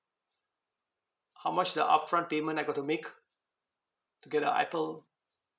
how much the upfront payment I got to make to get the apple